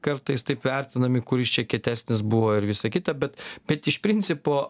kartais taip vertinami kuris čia kietesnis buvo ir visa kita bet bet iš principo